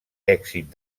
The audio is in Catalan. èxit